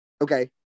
Okay